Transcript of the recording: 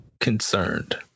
concerned